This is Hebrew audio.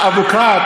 אבוקרט,